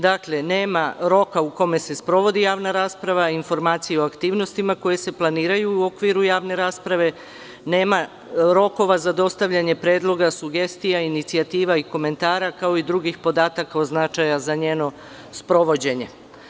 Dakle, nema roka u kome se sprovodi javna rasprava, informacije o aktivnostima koje se planiraju u okviru javne rasprave, nema rokova za dostavljanje predloga, sugestija, inicijativa i komentara kao i drugih podataka od značaja za njeno sprovođenje.